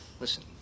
Listen